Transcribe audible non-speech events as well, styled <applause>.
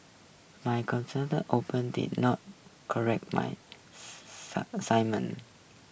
my content the open did not correct my <unintelligible> simon